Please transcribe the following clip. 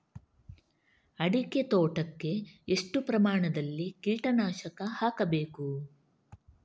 ಅಡಿಕೆ ತೋಟಕ್ಕೆ ಎಷ್ಟು ಪ್ರಮಾಣದಲ್ಲಿ ಕೀಟನಾಶಕ ಹಾಕಬೇಕು?